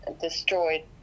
destroyed